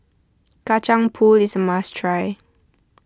Kacang Pool is a must try